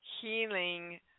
healing